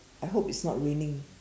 I hope it's not raining